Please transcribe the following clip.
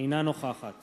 אינה נוכחת